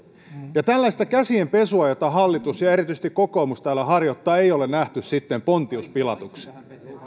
opettajille tällaista käsien pesua jota hallitus ja ja erityisesti kokoomus täällä harjoittavat ei ole nähty sitten pontius pilatuksen